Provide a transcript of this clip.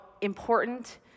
important